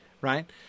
right